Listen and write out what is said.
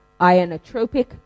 ionotropic